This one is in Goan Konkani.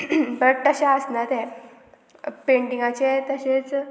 बट तशें आसना तें पेंटिंगाचें तशेंच